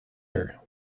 her